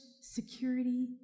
security